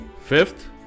Fifth